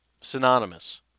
synonymous